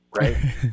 right